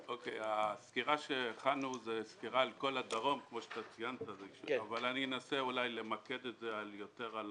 הסקירה שהכנו היא סקירה על כל הדרום אבל אני אנסה למקד את זה יותר על